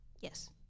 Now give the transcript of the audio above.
yes